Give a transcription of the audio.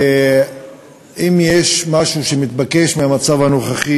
ואם יש משהו שמתבקש מהמצב הנוכחי,